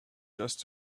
just